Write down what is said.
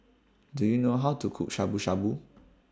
Do YOU know How to Cook Shabu Shabu